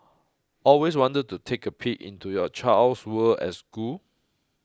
always wanted to take a peek into your child's world at school